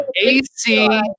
AC